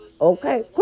Okay